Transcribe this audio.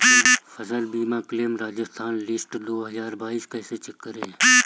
फसल बीमा claim Rajasthan list दो हज़ार बाईस कैसे चेक करें?